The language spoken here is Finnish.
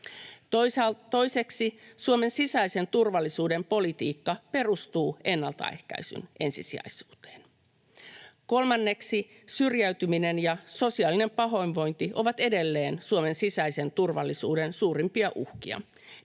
Toiseksi, Suomen sisäisen turvallisuuden politiikka perustuu ennaltaehkäisyn ensisijaisuuteen. Kolmanneksi, syrjäytyminen ja sosiaalinen pahoinvointi ovat edelleen Suomen sisäisen turvallisuuden suurimpia uhkia.